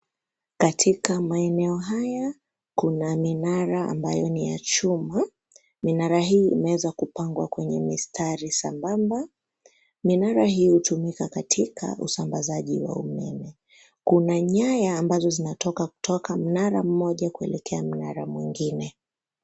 Katika maeneo haya kuna minara ambayo ni ya chuma. Minara hii imeweza kupangwa kwenye mistari sambamba, minara hii hutumika katika usambazaji wa umeme. Kuna nyaya ambazo zinatoka toka mnara mmoja kuelekea mnara mwingine.